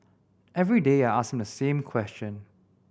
every day I ask him the same question